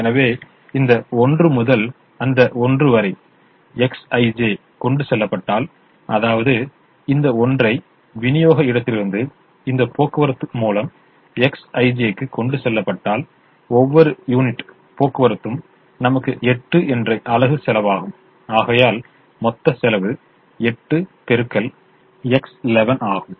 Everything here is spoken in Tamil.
எனவே இந்த 1 முதல் அந்த 1 வரை Xij கொண்டு செல்லப்பட்டால் அதாவது இந்த ஒன்றை விநியோக இடத்திலிருந்து இந்த போக்குவரத்துக்கு மூலம் Xij க்கு கொண்டு செல்லப்பட்டால் ஒவ்வொரு யூனிட் போக்குவரத்தும் நமக்கு 8 என்ற அலகு செலவாகும் ஆகையால் மொத்த செலவு ஆகும்